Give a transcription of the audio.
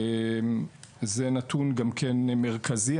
גם זה נתון מרכזי.